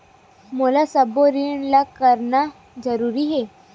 मोला सबो ऋण ला करना जरूरी हे?